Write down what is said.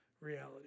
reality